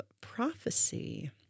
prophecy